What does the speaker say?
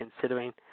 considering